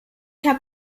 hab